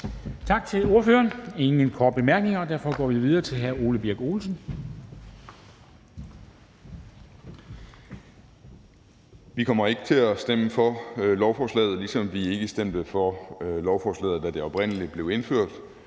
Tak til ordføreren. Der er ingen korte bemærkninger, og derfor går vi videre til hr. Ole Birk Olesen. Kl. 10:59 (Ordfører) Ole Birk Olesen (LA): Vi kommer ikke til at stemme for lovforslaget, ligesom vi ikke stemte for lovforslaget, da det oprindelig blev indført.